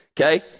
Okay